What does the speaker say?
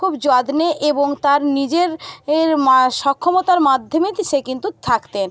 খুব যত্নে এবং তার নিজের এর মার সক্ষমতার মাধ্যমে সে কিন্তু থাকতেন